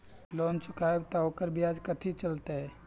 Loan चुकबई त ओकर ब्याज कथि चलतई?